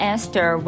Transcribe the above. Esther